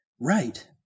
Right